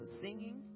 singing